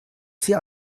sie